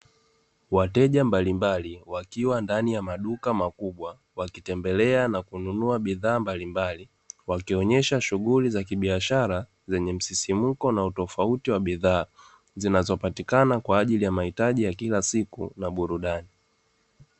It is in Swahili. Wateja mbalimbali wakiwa ndani ya maduka makubwa wakitembelea na kununua bidhaa mbalimbali, wakionyeshwa shughuli za kibiashara zenye msisimko na utofauti wa bidhaa zinazopatikana kwa ajili ya mahitaji ya kila siku na burudani.